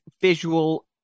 visual